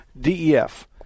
DEF